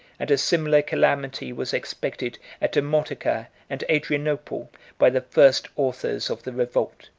and a similar calamity was expected at demotica and adrianople, by the first authors of the revolt.